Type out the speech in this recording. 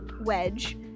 Wedge